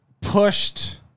pushed